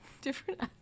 Different